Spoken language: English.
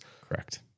Correct